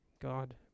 God